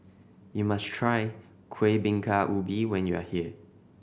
you must try Kueh Bingka Ubi when you are here